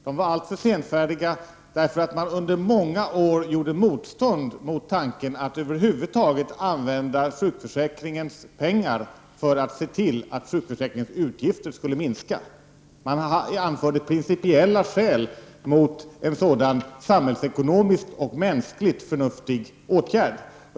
De var alltför senfärdiga därför att man under många år gjorde motstånd mot tanken att över huvud taget använda sjukförsäkringens pengar för att se till att sjukförsäkringens utgifter skulle minska. Man anförde principiella skäl mot en sådan samhällsekonomiskt och mänskligt förnuftig åtgärd.